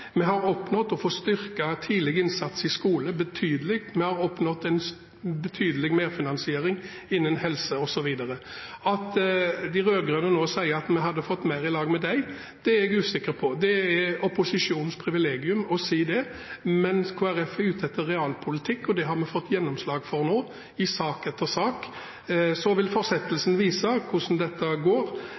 Vi har oppnådd å få styrket tidlig innsats i skole betydelig. Vi har oppnådd en betydelig merfinansiering innenfor helse osv. At de rød-grønne nå sier at vi hadde oppnådd mer sammen med dem, er jeg usikker på. Det er opposisjonens privilegium å si det, men Kristelig Folkeparti er ute etter realpolitikk, og det har vi fått gjennomslag for nå i sak etter sak. Fortsettelsen vil vise hvordan dette går,